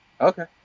Okay